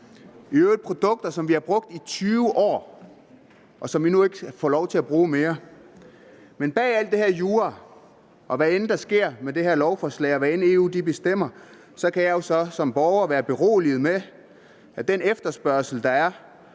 i øvrigt produkter, som vi har brugt i 20 år, og som vi nu ikke får lov til at bruge mere. Men bag al den her jura kan jeg sige, at hvad end der sker med det her lovforslag, og hvad end EU bestemmer, kan jeg så som borger være beroliget med, at den efterspørgsel, der er